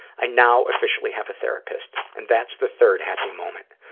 i now officially have a therapist, and that's the third happy moment.